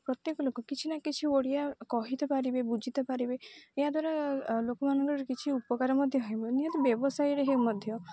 ପ୍ରତ୍ୟେକ ଲୋକ କିଛି ନା କିଛି ଓଡ଼ିଆ କହି ତ ପାରିବେ ବୁଝିପାରିବେ ଏହାଦ୍ୱାରା ଲୋକମାନଙ୍କର କିଛି ଉପକାର ମଧ୍ୟ ହେବା ନିହତି ବ୍ୟବସାୟୀରେ ହଉ ମଧ୍ୟ